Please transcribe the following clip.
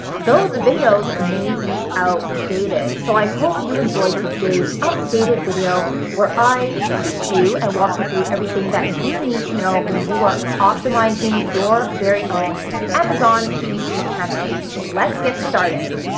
those videos may be out dated. so i hope you enjoy today's updated video where i teach you and walk you through everything that you need to know when you are optimizing your very own amazon ppc campaigns. let's get started.